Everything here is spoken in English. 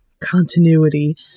continuity